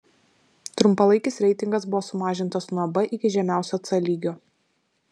trumpalaikis reitingas buvo sumažintas nuo b iki žemiausio c lygio